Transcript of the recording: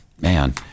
man